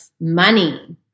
money